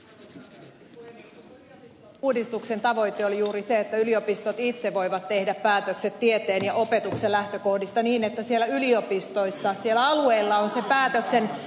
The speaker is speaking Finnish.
koko yliopistouudistuksen tavoite oli juuri se että yliopistot itse voivat tehdä päätökset tieteen ja opetuksen lähtökohdista niin että siellä yliopistoissa siellä alueilla on se päätöksentekovalta